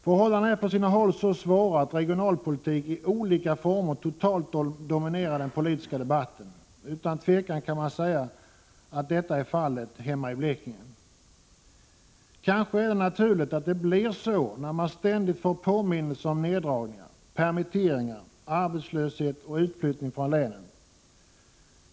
Förhållandena är på sina håll så svåra att regionalpolitik i olika former totalt dominerat den politiska debatten. Utan tvekan kan man säga att detta är fallet hemma i Blekinge. Kanske är det naturligt att det blir så när man ständigt får påminnelser om neddragningar, permitteringar, arbetslöshet och utflyttning från länet.